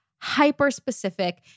hyper-specific